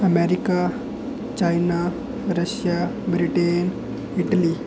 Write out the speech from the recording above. America China Russia Britain Italy